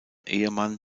ehemann